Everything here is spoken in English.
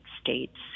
States